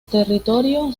territorio